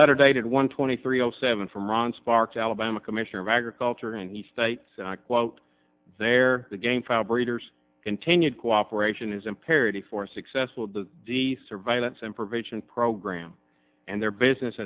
letter dated one twenty three zero seven from ron sparks alabama commissioner of agriculture and he states quote there again file breeders continued cooperation is imperative for successful the surveillance and prevention program and their business